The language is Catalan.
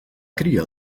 cria